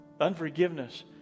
unforgiveness